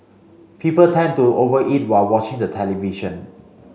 people tend to over eat while watching the television